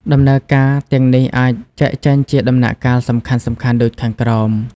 ដំណើរការទាំងនេះអាចចែកចេញជាដំណាក់កាលសំខាន់ៗដូចខាងក្រោម។